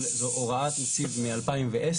זו הוראת נציב מ-2010.